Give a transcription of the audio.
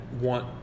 want